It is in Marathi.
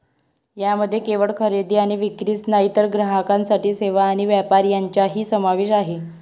यामध्ये केवळ खरेदी आणि विक्रीच नाही तर ग्राहकांसाठी सेवा आणि व्यापार यांचाही समावेश आहे